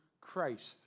Christ